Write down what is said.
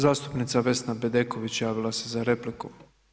Zastupnica Vesna Bedeković javila se za repliku.